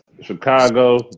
Chicago